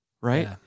right